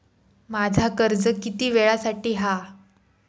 माझा कर्ज किती वेळासाठी हा?